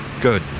Good